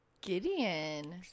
Gideon